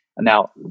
Now